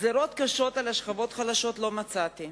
גזירות קשות על השכבות החלשות לא מצאתי.